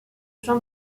jean